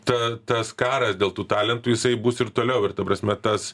ta tas karas dėl tų talentų jisai bus ir toliau ir ta prasme tas